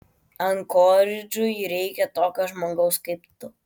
ankoridžui reikia tokio žmogaus kaip tu